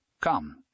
Come